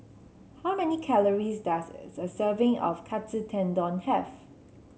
how many calories does a serving of Katsu Tendon have